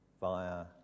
via